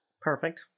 Perfect